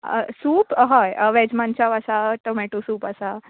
soup अ हय वॅज मंचाव आसा टॉमॅटो सूप आसा